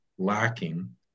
lacking